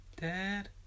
Dad